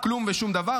כלום ושום דבר.